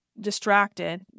distracted